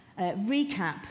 recap